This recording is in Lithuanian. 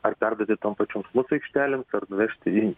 ar perduoti tom pačiom pas mus aikštelėn ar nuvežti į